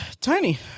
Tiny